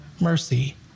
mercy